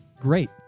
Great